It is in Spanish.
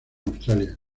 australia